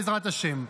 בעזרת השם,